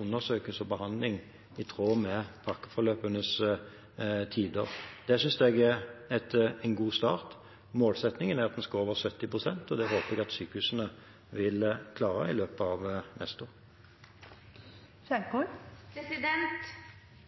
undersøkelse og behandling i tråd med pakkeforløpenes tider. Jeg synes det er en god start. Målsettingen er at vi skal over 70 pst., og det håper jeg at sykehusene vil klare i løpet av neste år.